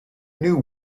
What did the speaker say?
knew